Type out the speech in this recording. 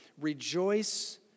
rejoice